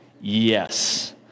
Yes